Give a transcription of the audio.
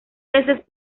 veces